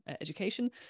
education